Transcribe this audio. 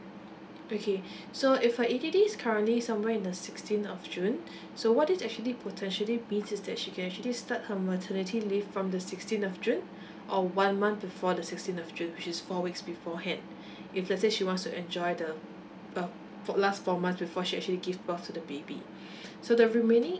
okay so if her E_D_D's currently somewhere in the sixteen of june so what is actually potentially be is that she can actually start her maternity leave from the sixteen of june or one month before the sixteen of june which is four weeks beforehand if let's say she wants to enjoy the um for last four months before she actually gives birth to the baby so the remaining